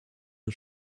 are